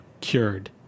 cured